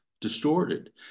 distorted